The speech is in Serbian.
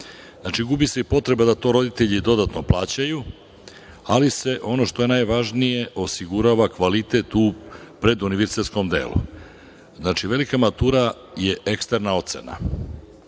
gubi se i potreba da to roditelji dodatno plaćaju, ali se, ono što je najvažnije, osigurava kvalitet u preduniverzitetskom delu. Velika matura je eksterna ocena